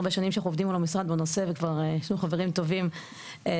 הרבה שנים עובדים עליו במשרד בנושא וכבר יש לנו חברים טובים במשרד.